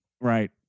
Right